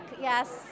Yes